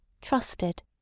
trusted